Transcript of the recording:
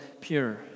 pure